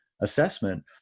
assessment